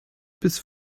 bis